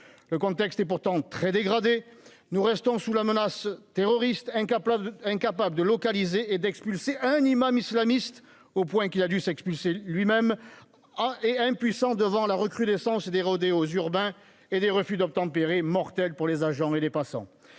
le contexte est pourtant très dégradé, nous restons sous la menace terroriste incapables : incapables de localiser et d'expulser un imam islamiste, au point qu'il a dû s'expulser lui-même et impuissant devant la recrudescence des rodéos urbains et des refus d'obtempérer mortel pour les agents et les passants